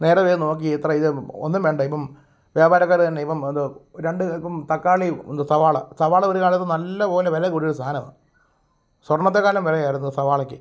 നേരെ പോയി നോക്കി എത്ര ഇത് ഒന്നും വേണ്ട ഇപ്പം വ്യാപാരക്കാര് തന്നെ ഇപ്പം അത് രണ്ട് ഇപ്പം തക്കാളി ഒന്ന് സവാള സവാള ഒര് കാലത്ത് നല്ല പോലെ വില കൂടിയ ഒരു സാധനമാണ് സ്വര്ണത്തേക്കാളും വിലയായിരുന്നു സവാളയ്ക്ക്